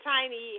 Tiny